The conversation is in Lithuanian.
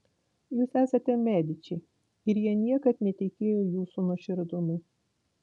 jūs esate mediči ir jie niekad netikėjo jūsų nuoširdumu